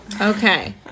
Okay